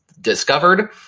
discovered